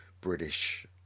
British